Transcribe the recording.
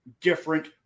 different